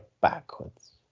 backwards